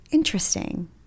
interesting